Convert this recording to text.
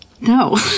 No